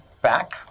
back